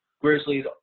grizzlies